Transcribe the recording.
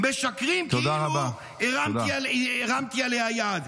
משקרים כאילו הרמתי עליה יד.